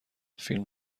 فیلم